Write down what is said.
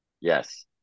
Yes